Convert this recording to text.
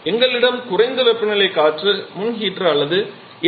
பின்னர் எங்களிடம் குறைந்த வெப்பநிலை காற்று முன் ஹீட்டர் உள்ளது